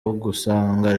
ugasanga